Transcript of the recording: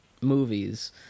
movies